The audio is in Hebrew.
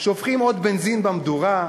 שופכים עוד בנזין למדורה,